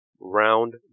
Round